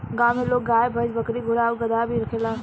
गांव में लोग गाय, भइस, बकरी, घोड़ा आउर गदहा भी रखेला